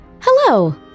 Hello